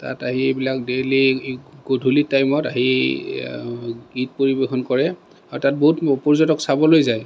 তাত আহি এইবিলাক ডেইলি গধূলি টাইমত আহি গীত পৰিৱেশন কৰে আৰু তাত বহুত পৰ্যটক চাবলৈ যায়